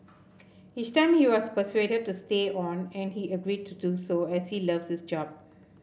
each time he was persuaded to stay on and he agreed to do so as he loves his job